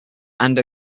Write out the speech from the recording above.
and